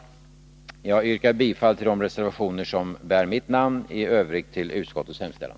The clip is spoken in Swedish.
Jag yrkar bifall till de reservationer som bär mitt namn och i Övrigt till utskottets hemställan.